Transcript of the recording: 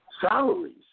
salaries